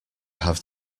have